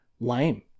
lame